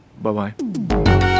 Bye-bye